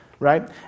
right